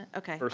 okay,